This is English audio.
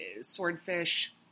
swordfish